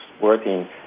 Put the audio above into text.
working